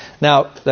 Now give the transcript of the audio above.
Now